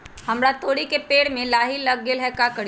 हमरा तोरी के पेड़ में लाही लग गेल है का करी?